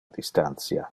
distantia